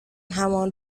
همان